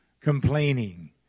complaining